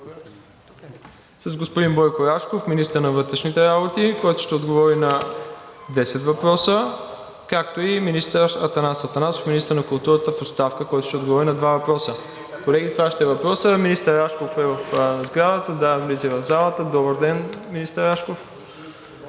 с господин Бойко Рашков – министър на вътрешните работи, който ще отговори на 10 въпроса, както и министър Атанас Атанасов – министър на културата в оставка, който ще отговори на два въпроса. Министър Рашков е в сградата, влиза и в залата. Добър ден, министър Рашков.